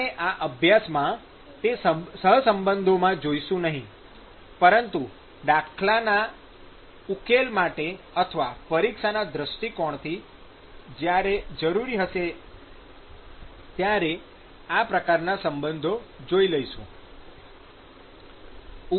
આપણે આ અભ્યાસક્રમમાં તે સહસંબંધોમાં જઈશું નહીં પરંતુ દાખલાના ઉકેલ માટે અથવા પરીક્ષાના દૃષ્ટિકોણથી જ્યારે જરૂરી હશે ત્યારે આ પ્રકારના સંબંધો જોઈ લઈશું